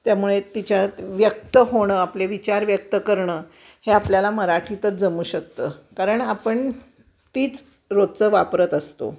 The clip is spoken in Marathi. त्यामुळे तिच्यात व्यक्त होणं आपले विचार व्यक्त करणं हे आपल्याला मराठीतच जमू शकतं कारण आपण तीच रोजचं वापरत असतो